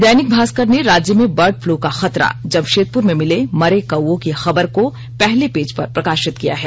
दैनिक भाष्कर ने राज्य में बर्ड फ्लू का खतरा जमशेदपुर में मिले मरे कौए की खबर को पहले पेज पर प्रकाशित किया है